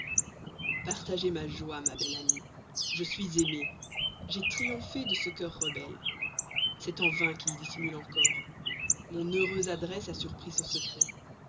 partagez ma joie ma belle amie je suis aimé j'ai triomphé de ce cœur rebelle c'est en vain qu'il dissimule encore mon heureuse adresse a surpris son secret